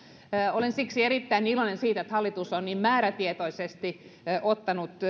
olen siksi erittäin iloinen siitä että hallitus on niin määrätietoisesti ottanut